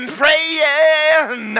praying